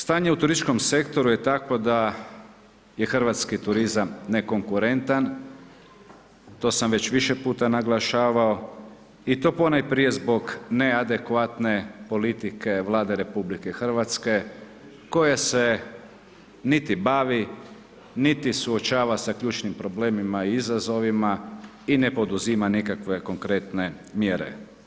Stanje u turističkom sektoru je takvo da je hrvatski turizam nekonkurentan, to sam već više puta naglašavao i to ponajprije zbog neadekvatne politike Vlade RH koja se niti bavi niti suočava sa ključnim problemima i izazovima i ne poduzima nikakve konkretne mjere.